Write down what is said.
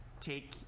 take